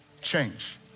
change